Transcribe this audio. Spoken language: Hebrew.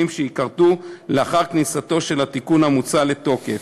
שייכרתו לאחר כניסתו של התיקון המוצע לתוקף.